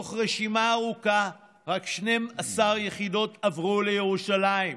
מתוך רשימה ארוכה, רק 12 יחידות עברו לירושלים.